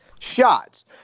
Shots